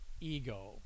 ego